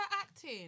acting